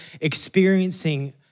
experiencing